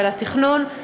ולתכנון.